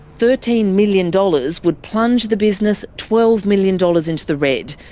thirteen million dollars would plunge the business twelve million dollars into the red,